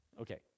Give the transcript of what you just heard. okay